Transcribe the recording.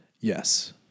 Yes